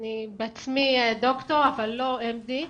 אני בעצמי דוקטור אבל לא MD,